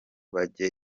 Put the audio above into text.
bajye